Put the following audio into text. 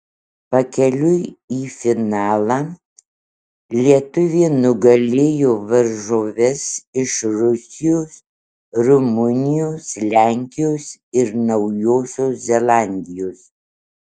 pakeliui į finalą lietuvė nugalėjo varžoves iš rusijos rumunijos lenkijos ir naujosios zelandijos